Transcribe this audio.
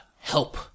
help